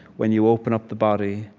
when you open up the body,